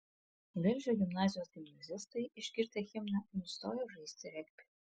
velžio gimnazijos gimnazistai išgirdę himną nustojo žaisti regbį